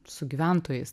su gyventojais